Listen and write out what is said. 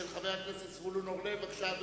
של חבר הכנסת זבולון אורלב, הנמקה מהמקום.